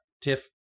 Tiff